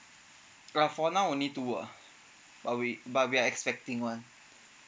uh for now only two ah but we but we're expecting one